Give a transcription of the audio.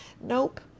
Nope